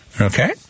Okay